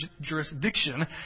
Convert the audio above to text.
jurisdiction